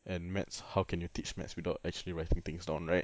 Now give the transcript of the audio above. and maths how can you teach maths without actually writing things down right